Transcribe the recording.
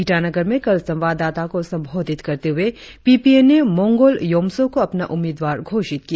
ईटानगर में कल संवाददाता को संबोधित करते हुए पी पी ए ने मोंगोल योमसो को अपना उम्मीदवार घोषित किया